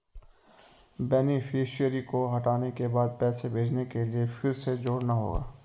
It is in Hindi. बेनीफिसियरी को हटाने के बाद पैसे भेजने के लिए फिर से जोड़ना होगा